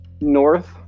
north